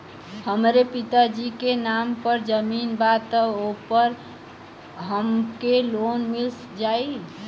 हमरे पिता जी के नाम पर जमीन बा त ओपर हमके लोन मिल जाई?